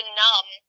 numb